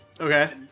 Okay